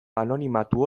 anonimatu